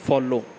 follow